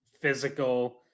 physical